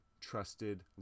trusted